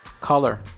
color